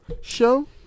Show